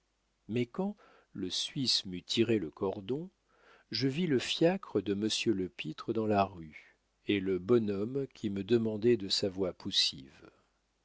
mais quand le suisse m'eut tiré le cordon je vis le fiacre de monsieur lepître dans la rue et le bonhomme qui me demandait de sa voix poussive